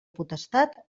potestat